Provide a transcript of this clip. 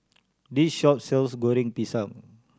this shop sells Goreng Pisang